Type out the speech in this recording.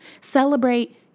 Celebrate